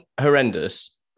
horrendous